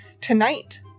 Tonight